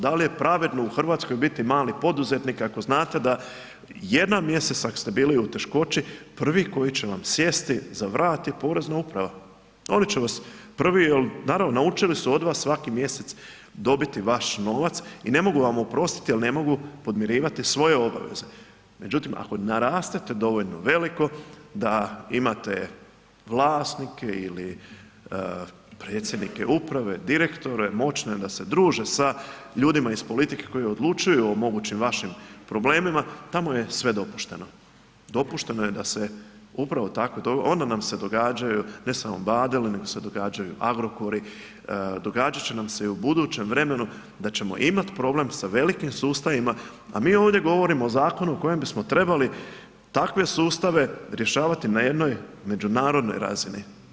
Da li je pravedno u RH biti mali poduzetnik ako znate da jedan mjesec ako ste bili u teškoći, prvi koji će vam sjesti za vrat je Porezna uprava, oni će vas prvi jer naravno, naučili su od vas svaki mjesec dobiti vaš novac i ne mogu vam oprostiti jer ne mogu podmirivati svoje obaveze, međutim ako narastete dovoljno veliko da imate vlasnike ili predsjednike uprave, direktore moćne da se druže sa ljudima iz politike koji odlučuju o mogućim vašim problemima, tamo je sve dopušteno, dopušteno je da se upravo tako, onda nam se događaju ne samo Badelu, nego se događaju Agrokori, događat će nam se i u budućem vremenu da ćemo imat problem sa velikim sustavima a mi ovdje govorimo o zakonu o kojem bismo trebali takve sustave rješavati na jednoj međunarodnoj razini.